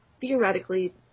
theoretically